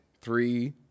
Three